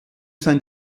sein